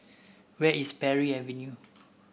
where is Parry Avenue